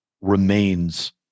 remains